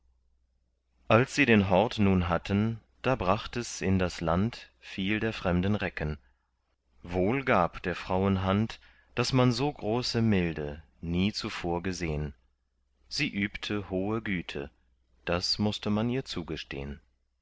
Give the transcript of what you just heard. als sie den hort nun hatte da bracht es in das land viel der fremden recken wohl gab der frauen hand daß man so große milde nie zuvor gesehn sie übte hohe güte das mußte man ihr zugestehn